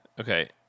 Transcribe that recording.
Okay